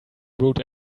brewed